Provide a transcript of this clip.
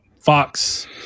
fox